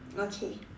okay